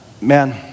man